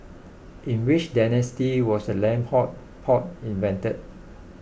in which dynasty was the lamb hot pot invented